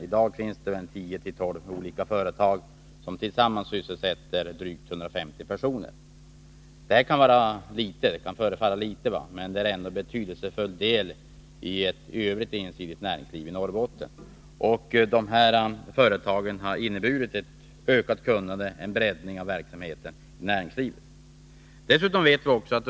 I dag finns det i länet 10-12 olika företag som tillsammans sysselsätter drygt 150 personer. Det kan förefalla vara ett litet antal, men företagen utgör en betydelsefull del av ett i övrigt ensidigt näringsliv i Norrbotten. Dessa företag har inneburit ett ökat kunnande och en breddning av verksamheten i näringslivet.